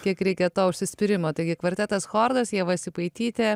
kiek reikia to užsispyrimo taigi kvartetas chordas ieva sipaitytė